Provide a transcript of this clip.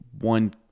one